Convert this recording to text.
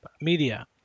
Media